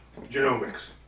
Genomics